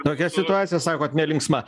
tokia situacija sakot nelinksma